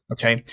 Okay